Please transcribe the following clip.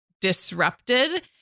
disrupted